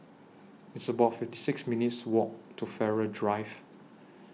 It's about fifty six minutes' Walk to Farrer Drive